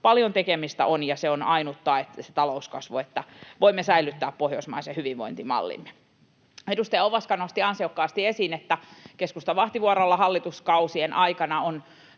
paljon tekemistä on, ja se talouskasvu on ainut tae siitä, että voimme säilyttää pohjoismaisen hyvinvointimallimme. Edustaja Ovaska nosti ansiokkaasti esiin, että keskustan vahtivuorolla hallituskausien aikana on